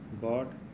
God